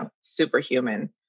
superhuman